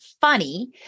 funny